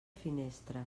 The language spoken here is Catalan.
finestres